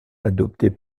adopté